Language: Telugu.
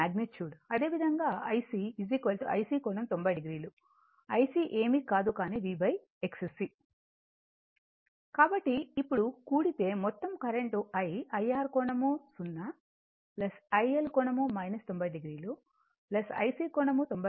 అదేవిధంగాIC IC కోణం 90 o IC ఏమీ కాదు కానీ VXC కాబట్టి ఇప్పుడు కూడితే మొత్తం కరెంట్ I IR కోణం 0 IL కోణం 90 o IC కోణం 90 o